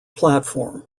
platform